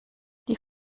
die